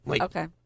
Okay